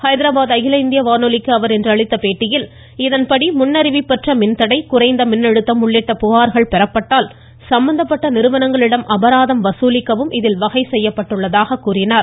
ஹைதராபாத் அகில இந்திய வானொலிக்கு அவர் அளித்த பேட்டியில் இதன்படி முன் அறிவிப்பற்ற மின்தடை குறைந்த மின்னழுத்தம் உள்ளிட்ட புகாாகள் பெறப்பட்டால் சம்பந்தப்பட்ட நிறுவனங்களிடம் அபராதம் வசூலிக்கவும் இதில் வகை செய்யப்பட்டுள்ளது என்றார்